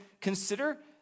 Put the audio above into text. consider